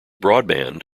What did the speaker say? broadband